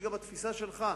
שהיא גם התפיסה שלך,